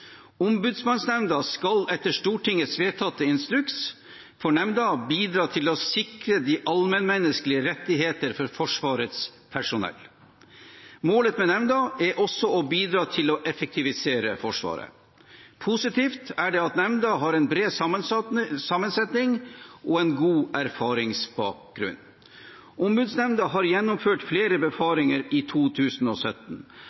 Ombudsmannsnemnda skal etter Stortingets vedtatte instruks for nemnda bidra til å sikre allmennmenneskelige rettigheter for Forsvarets personell. Målet med nemnda er også å bidra til å effektivisere Forsvaret. Positivt er det at nemnda har bred sammensetning og god erfaringsbakgrunn. Ombudsmannsnemnda har gjennomført flere